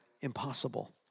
impossible